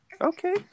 Okay